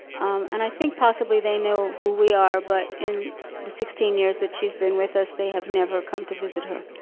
um and i think possibly they know who we are, but in the sixteen years she's been with us, they have never come to visit her.